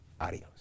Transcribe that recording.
Adios